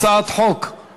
אני